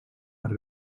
per